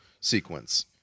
sequence